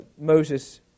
Moses